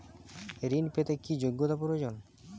ঋণ পেতে কি যোগ্যতা প্রয়োজন?